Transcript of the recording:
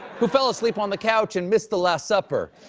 who fell asleep on the couch and missed the last supper.